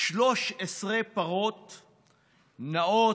13 פרות נאות,